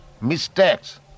mistakes